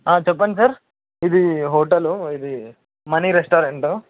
చెప్పండి సార్ ఇది హోటల్ ఇది మనీ రెస్టారెంట్